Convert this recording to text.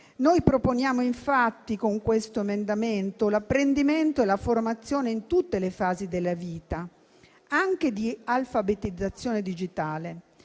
Noi proponiamo infatti, con questo emendamento, l'apprendimento e la formazione in tutte le fasi della vita, ivi compresa l'alfabetizzazione digitale,